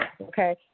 okay